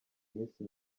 minsi